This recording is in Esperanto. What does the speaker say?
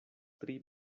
tri